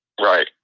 Right